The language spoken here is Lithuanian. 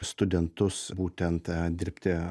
studentus būtent dirbti